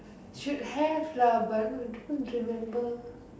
should have lah but I don't remember